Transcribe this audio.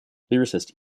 lyricist